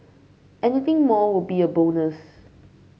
anything more will be a bonus